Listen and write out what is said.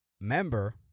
Member